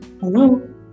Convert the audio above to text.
hello